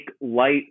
light